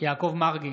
יעקב מרגי,